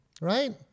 Right